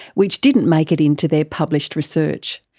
which didn't make it into their published research.